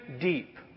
deep